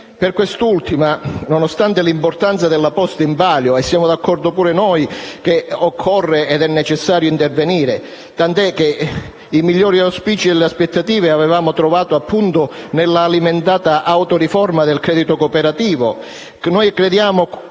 Su quest'ultima, nonostante l'importanza della posta in palio, siamo d'accordo anche noi che occorra e sia necessario intervenire, tant'è che i migliori auspici e le migliori aspettative avevamo trovato appunto nella alimentata autoriforma del credito cooperativo.